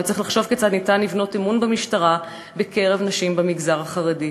וצריך לחשוב כיצד ניתן לבנות אמון במשטרה בקרב נשים במגזר החרדי,